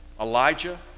Elijah